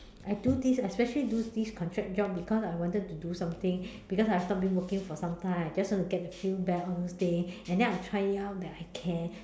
I do this I especially do this contract job because I wanted to do something because I stop being working for sometime I just want to get to feel back all those days and then I try it out that I care